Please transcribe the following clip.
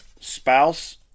Spouse